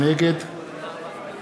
נגד